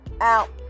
out